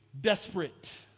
Desperate